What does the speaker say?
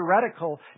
theoretical